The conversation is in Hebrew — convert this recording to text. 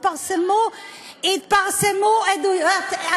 זה לא רלוונטי.